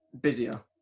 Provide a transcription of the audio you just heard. busier